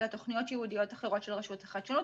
אלא תוכניות ייעודיות אחרות של הרשות החדשנות.